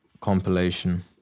Compilation